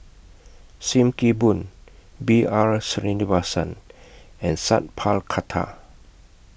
SIM Kee Boon B R Sreenivasan and Sat Pal Khattar